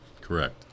Correct